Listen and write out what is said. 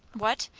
what!